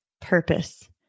purpose